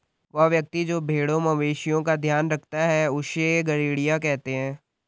वह व्यक्ति जो भेड़ों मवेशिओं का ध्यान रखता है उससे गरेड़िया कहते हैं